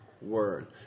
Word